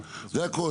זה הכל.